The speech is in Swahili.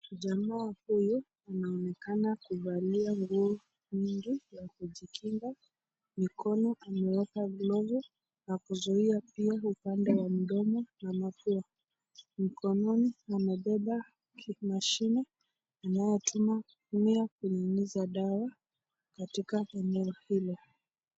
Jamaa huyu anaonekana kuvalia nguo nyingi ya kujikinga, mikono ameweka glovu na kuzuia pia upande wa mdomo na mapua. Mkononi amebeba mashine anayotumia kunyunyiza dawa katika eneo hilo.